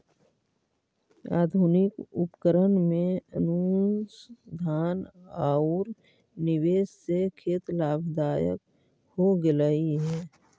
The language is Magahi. आधुनिक उपकरण में अनुसंधान औउर निवेश से खेत लाभदायक हो गेलई हे